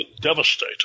devastated